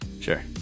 Sure